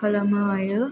खालामनो हायो